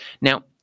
Now